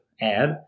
add